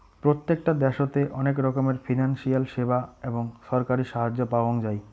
প্রত্যেকটা দ্যাশোতে অনেক রকমের ফিনান্সিয়াল সেবা এবং ছরকারি সাহায্য পাওয়াঙ যাই